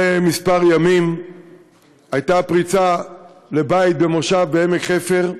כמה ימים הייתה פריצה לבית במושב בעמק חפר.